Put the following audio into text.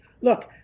look